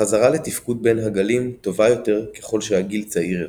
החזרה לתפקוד בין הגלים טובה יותר ככל שהגיל צעיר יותר.